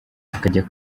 akajya